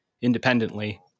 independently